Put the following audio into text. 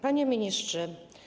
Panie Ministrze!